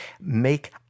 make